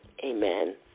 amen